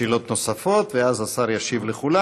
שאלות נוספות, ואז השר ישיב לכולם.